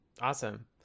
Awesome